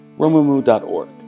Romumu.org